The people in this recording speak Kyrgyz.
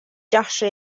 жакшы